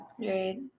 Right